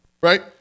right